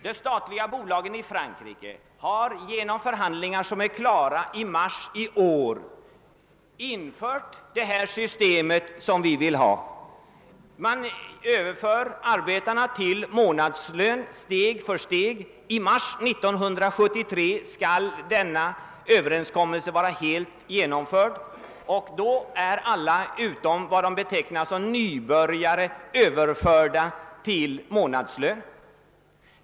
De statliga bolagen i Frankrike har genom förhandlingar, som blev klara i mars i år, infört ett system liknande det vi vill ha. Arbetarna får steg för steg månadslön, och i mars 1973 skall överenskommelsen vara helt genomförd — då är alla utom dem man betecknar som nybörjare överförda till den grupp som får månadslön.